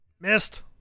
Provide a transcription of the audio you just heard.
Missed